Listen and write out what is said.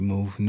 Move